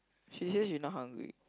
she say she not hungry